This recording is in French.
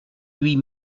huit